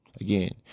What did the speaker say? Again